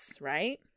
right